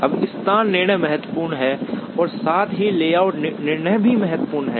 अब स्थान निर्णय महत्वपूर्ण हैं और साथ ही लेआउट निर्णय भी महत्वपूर्ण हैं